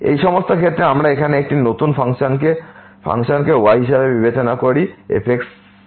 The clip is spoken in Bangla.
এই সমস্ত ক্ষেত্রে আমরা এখানে একটি নতুন ফাংশনকে y হিসাবে বিবেচনা করি f পাওয়ার g